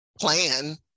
plan